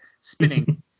spinning